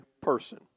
person